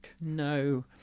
No